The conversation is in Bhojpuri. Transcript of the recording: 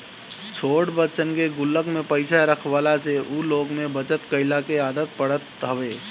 छोट बच्चन के गुल्लक में पईसा रखवला से उ लोग में बचत कइला के आदत पड़त हवे